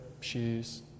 shoes